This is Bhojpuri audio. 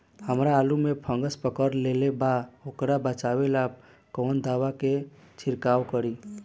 हमरा आलू में फंगस पकड़ लेले बा वोकरा बचाव ला कवन दावा के छिरकाव करी?